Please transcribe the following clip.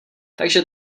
takže